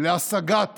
מהשגת